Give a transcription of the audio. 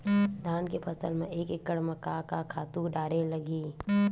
धान के फसल म एक एकड़ म का का खातु डारेल लगही?